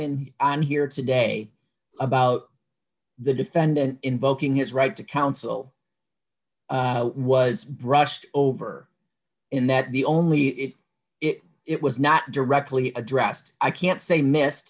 in i'm here today about the defendant invoking his right to counsel was brushed over in that the only it it it was not directly addressed i can't say miss